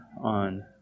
on